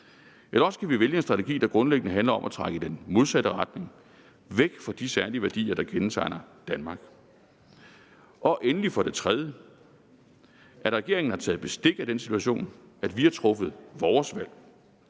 eller også kan vi vælge en strategi, der grundlæggende handler om at trække i den modsatte retning, altså væk fra de særlige værdier, der kendetegner Danmark. Endelig for det tredje, at regeringen har taget bestik af den situation og har truffet sit valg.